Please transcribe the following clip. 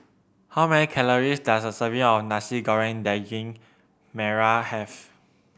how many calories does a serving of Nasi Goreng Daging Merah have